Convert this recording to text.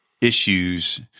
issues